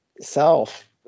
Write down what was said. self